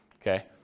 Okay